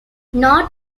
not